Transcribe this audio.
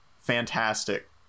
fantastic